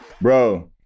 bro